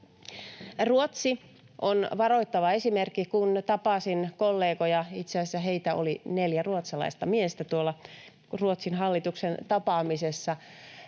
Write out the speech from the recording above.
Ruotsi on varoittava esimerkki. Tapasin kollegoja — itse asiassa heitä oli neljä ruotsalaista miestä tuolla Ruotsin hallituksen tapaamisessa